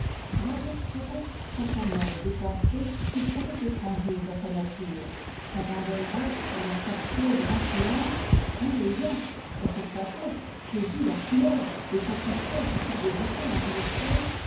il adopterait certains modes de pensée qu'il savait étrangers à sa nature s'abandonnerait à leurs captieuses influences et ayant de cette façon saisi leurs couleurs et satisfait sa curiosité intellectuelle